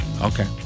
Okay